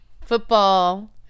football